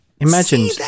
Imagine